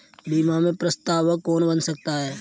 बीमा में प्रस्तावक कौन बन सकता है?